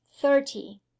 thirty